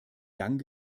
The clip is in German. gang